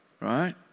Right